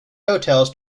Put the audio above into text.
hotels